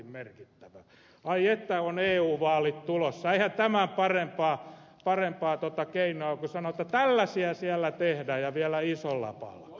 ai että on eu vaalit tulossa eihän tämän parempaa keinoa ole kuin sanoa että tällaisia siellä tehdään ja vielä isolla palkalla